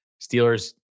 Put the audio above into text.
Steelers